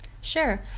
Sure